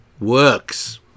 works